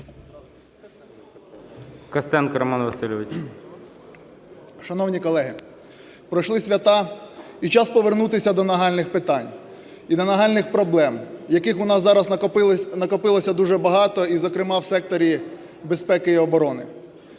Шановні колеги, пройшли свята і час повернутися до нагальних питань і до нагальних проблем, яких у нас зараз накопилося дуже багато, і, зокрема, в секторі безпеки і оборони.